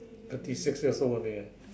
thirty six years only eh